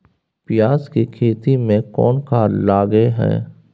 पियाज के खेती में कोन खाद लगे हैं?